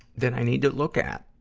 that i need to look at.